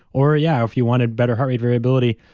or yeah. if you wanted better heart rate variability,